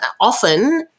often